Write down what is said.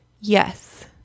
yes